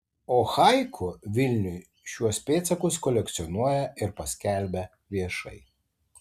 o haiku vilniui šiuos pėdsakus kolekcionuoja ir paskelbia viešai